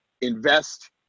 invest